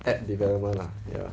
app development lah ya